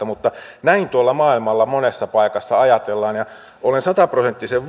mutta näin tuolla maailmalla monessa paikassa ajatellaan ja olen sataprosenttisen